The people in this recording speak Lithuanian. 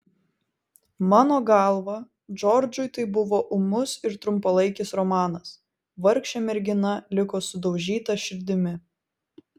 mano galva džordžui tai buvo ūmus ir trumpalaikis romanas vargšė mergina liko sudaužyta širdimi